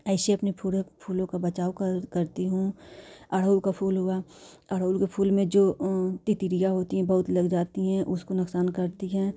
ऐसे अपने फूरो फूलों का बचाव कर करती हूँ गुड़हल का फूल हुआ गुड़हल के फूल में जो तितलियाँ होती हैं बहुत लग जाती हैं उसको नुकसान करती हैं